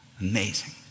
Amazing